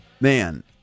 man